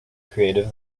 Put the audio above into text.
creative